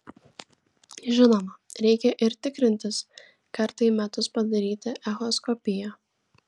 žinoma reikia ir tikrintis kartą į metus padaryti echoskopiją